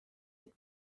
had